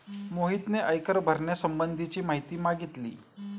मोहितने आयकर भरण्यासंबंधीची माहिती मागितली